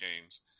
games